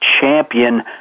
champion